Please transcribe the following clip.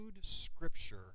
scripture